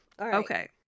Okay